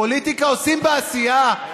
פוליטיקה עושים בעשייה,